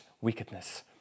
wickedness